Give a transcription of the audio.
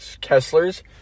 Kessler's